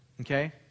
okay